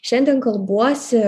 šiandien kalbuosi